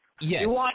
Yes